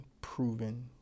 proven